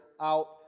out